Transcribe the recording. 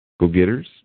go-getters